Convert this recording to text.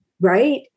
Right